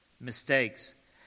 mistakes